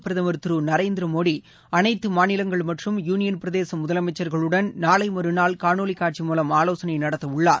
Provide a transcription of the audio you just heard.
பிரதமர் திரு நரேந்திரமோடி அனைத்து மாநிலங்கள் மற்றும் யூனியன் பிரதேச முதலமைச்சர்களுடன் நாளை மற்றாள் காணொலி காட்சி மூலம் ஆலோசனை நடத்த உள்ளார்